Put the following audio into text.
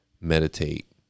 meditate